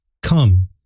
Come